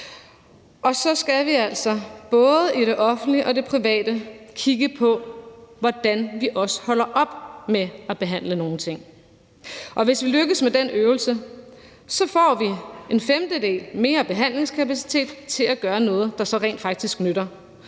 Og så skal vi altså både i det offentlige og i det private kigge på, hvordan vi også holder op med at behandle nogle ting. Hvis vi lykkes med den øvelse, får vi en femtedel mere behandlingskapacitet til at gøre noget, der så rent faktisk nytter,